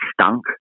stunk